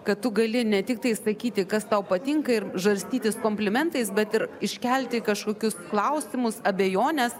kad tu gali ne tik tai sakyti kas tau patinka ir žarstytis komplimentais bet ir iškelti kažkokius klausimus abejones